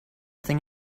thing